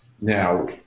Now